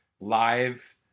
live